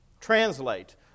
Translate